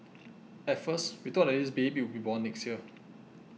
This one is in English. at first we thought that this baby would be born next year